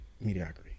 Mediocrity